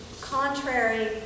contrary